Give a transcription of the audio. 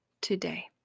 today